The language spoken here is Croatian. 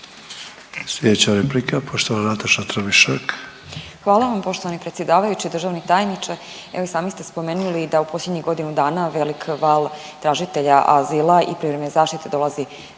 Hvala vam poštovani predsjedavajući. Državni tajniče evo i sami ste spomenuli da u posljednjih godinu dana velik val tražitelja azila i privremene zaštite dolazi iz